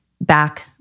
back